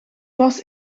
was